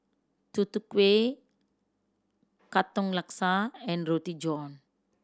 Tutu Kueh Katong Laksa and Roti John